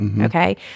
Okay